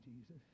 Jesus